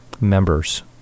members